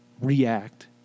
react